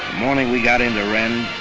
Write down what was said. morning we got into rennes,